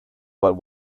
but